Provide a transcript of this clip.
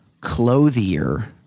clothier